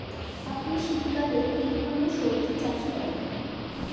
আপনি শীতকালে কী ধরনের সবজী চাষ করেন?